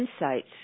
insight